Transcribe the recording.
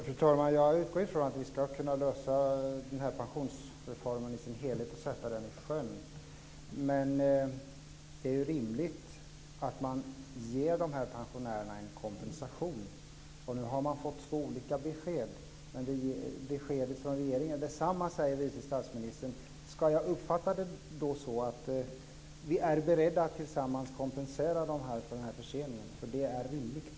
Fru talman! Jag utgår från att vi ska kunna lösa alla frågor i pensionsreformen och så att säga sätta den i sjön. Men det är ju rimligt att man ger dessa pensionärer en kompensation. Nu har det getts två olika besked. Men beskedet från regeringen är detsamma, säger vice statsministern. Ska jag då uppfatta detta som att vi är beredda att tillsammans kompensera dessa människor för denna försening, eftersom det är rimligt?